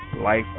life